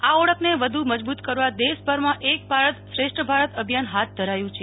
આ ઓળખને વધુ મજબૂત કરવા દેશભરમાં એક ભારત શ્રેષ્ઠ ભારત અભિયાન હાથ ધરાયું છે